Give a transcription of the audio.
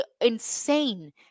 insane